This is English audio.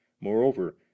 Moreover